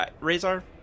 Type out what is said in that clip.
Razor